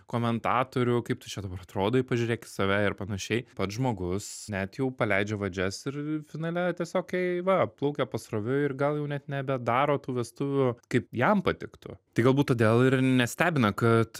komentatorių kaip tu čia dabar atrodai pažiūrėk į save ir panašiai pats žmogus net jau paleidžia vadžias ir finale tiesiog ei va plaukia pasroviui ir gal jau net nebedaro tų vestuvių kaip jam patiktų tai galbūt todėl ir nestebina kad